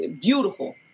beautiful